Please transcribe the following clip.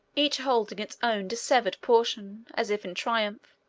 each holding its own dissevered portion, as if in triumph,